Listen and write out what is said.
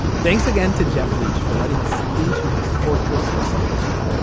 thanks again to jeff leach for letting us into his fortress of solitude